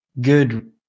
good